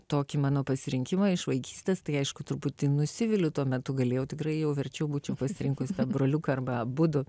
tokį mano pasirinkimą iš vaikystės tai aišku truputį nusiviliu tuo metu galėjau tikrai jau verčiau būčiau pasirinkusi tą broliuką arba abudu